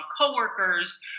coworkers